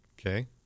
okay